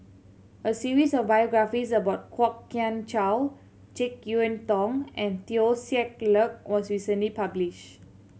a series of biographies about Kwok Kian Chow Jek Yeun Thong and Teo Ser Luck was recently publish